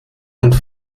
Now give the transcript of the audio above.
und